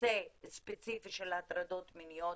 בנושא ספציפי של הטרדות מיניות,